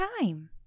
time